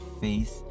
face